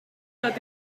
tot